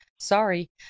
Sorry